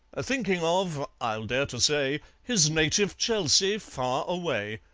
a-thinking of, i'll dare to say, his native chelsea far away!